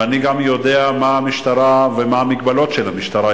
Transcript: ואני גם יודע מה עושה המשטרה ומה המגבלות של המשטרה.